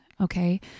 okay